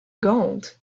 gold